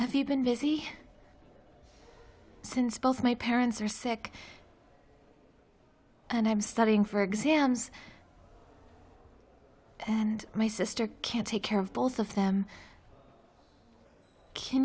if you've been busy since both my parents are sick and i'm studying for exams and my sister can take care of both of them can